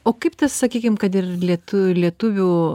o kaip sakykim kad ir lietuvių lietuvių